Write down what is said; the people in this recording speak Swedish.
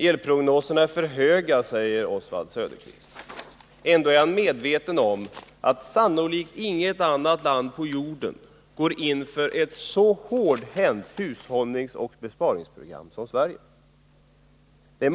Elprognoserna är för höga säger Oswald Söderqvist. Ändå är han medveten om att sannolikt inget annat land på jorden går in för ett så hårdhänt hushållningsoch besparingsprogram som Sverige.